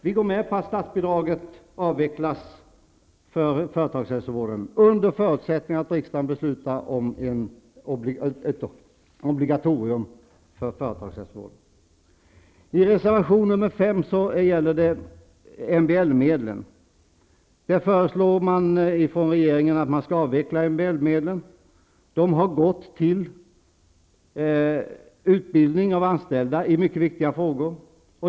Vi går med på att statsbidraget till företagshälsovården avvecklas under förutsättning att riksdagen beslutar om ett obligatorium för företagshälsovården. Regeringen föreslår att de skall avvecklas. De har gått till utbildning av anställda i mycket viktiga frågor.